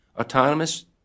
autonomous